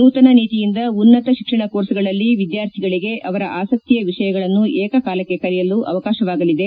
ನೂತನ ನೀತಿಯಿಂದ ಉನ್ನತ ಶಿಕ್ಷಣ ಕೋರ್ಸ್ಗಳಲ್ಲಿ ವಿದ್ಯಾರ್ಥಿಗಳಿಗೆ ಅವರ ಆಸಕ್ತಿಯ ವಿಷಯಗಳನ್ನು ಏಕಕಾಲಕ್ಕೆ ಕಲಿಯಲು ಅವಕಾಶವಾಗಲಿದೆ